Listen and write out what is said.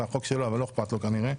זה החוק שלו, אבל לא אכפת לו כנראה.